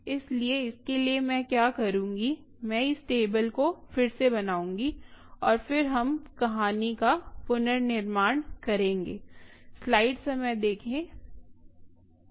इसलिए इसके लिए मैं क्या करुँगी मैं इस टेबल को फिर से बनाऊंगी और फिर हम कहानी का पुनर्निर्माण करेंगे